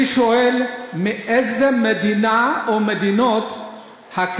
אני שואל: מאיזה מדינה או מדינות ישנו